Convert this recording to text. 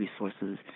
resources